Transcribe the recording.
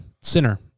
Sinner